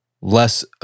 less